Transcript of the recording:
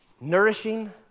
Nourishing